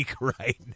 right